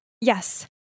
Yes